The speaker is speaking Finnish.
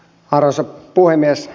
arvoisa puhemies